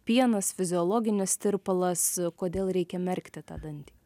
pienas fiziologinis tirpalas kodėl reikia merkti tą dantį